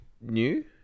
new